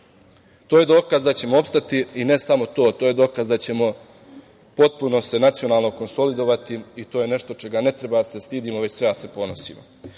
To je dokaz da ćemo opstati i ne samo to, to je dokaz da ćemo se potpuno nacionalno konsolidovati i to je nešto čega ne treba da se stidimo, već treba da se ponosimo. Nećemo